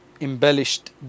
embellished